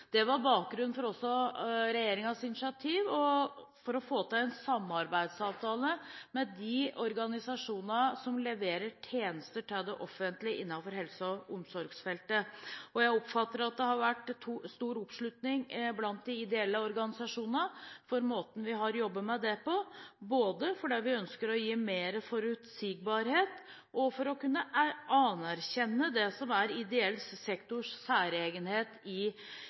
Det var også bakgrunnen for regjeringens initiativ for å få til en samarbeidsavtale med de organisasjonene som leverer tjenester til det offentlige innenfor helse- og omsorgsfeltet. Jeg oppfatter at det har vært stor oppslutning blant de ideelle organisasjonene om måten vi har jobbet med det på, både fordi vi ønsker å gi mer forutsigbarhet og for å kunne anerkjenne det som er ideell sektors særegenhet i